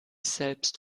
selbst